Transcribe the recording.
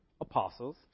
apostles